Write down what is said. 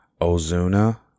Ozuna